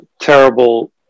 terrible